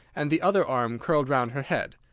and the other arm curled round her head.